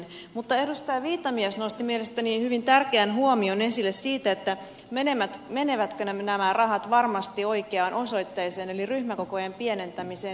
mutta edustaja viitamies nosti mielestäni hyvin tärkeän huomion esille siitä menevätkö nämä rahat varmasti oikeaan osoitteeseen eli ryhmäkokojen pienentämiseen